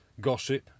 gossip